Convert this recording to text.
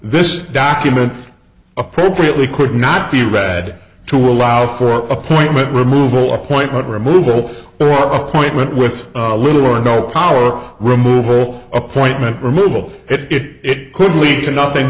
this document appropriately could not be read to allow for appointment removal appointment removal or appointment with a little or no power or removal appointment removal it could lead to nothing